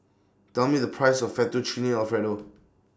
Tell Me The Price of Fettuccine Alfredo